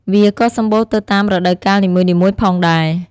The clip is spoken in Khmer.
វាក៏សម្បូរទៅតាមរដូវកាលនីមួយៗផងដែរ។